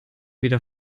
wieder